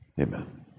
Amen